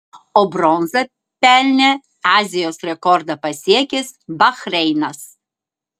o bronzą pelnė azijos rekordą pasiekęs bahreinas